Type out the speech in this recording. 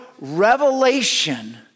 revelation